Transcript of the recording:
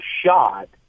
shot